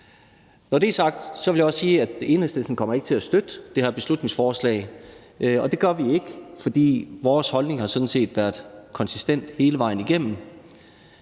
Når det er sagt, vil jeg også sige, at Enhedslisten ikke kommer til at støtte det her beslutningsforslag, og det gør vi ikke, fordi vores holdning sådan set har været konsistent hele vejen igennem.